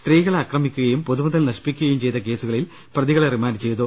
സ്ത്രീകളെ അക്രമിക്കുകയും പൊതുമുതൽ നശിപ്പിക്കുകയും ചെയ്ത കേസുകളിൽ പ്രതികളെ റിമാന്റ് ചെയ്തു